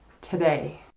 today